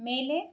ಮೇಲೆ